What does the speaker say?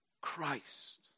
Christ